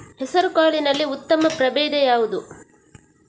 ಹೆಸರುಕಾಳಿನಲ್ಲಿ ಉತ್ತಮ ಪ್ರಭೇಧ ಯಾವುದು?